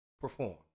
perform